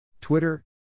Twitter